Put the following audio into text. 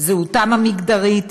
וזהותם המגדרית,